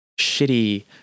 shitty